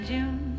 June